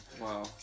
Wow